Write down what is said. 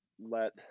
let